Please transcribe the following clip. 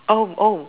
oh oh